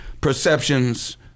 perceptions